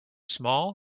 small